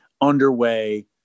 underway